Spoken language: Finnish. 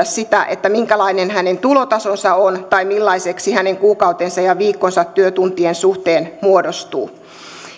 sitä sitä minkälainen hänen tulotasonsa on tai millaiseksi hänen kuukautensa ja viikkonsa työtuntien suhteen muodostuu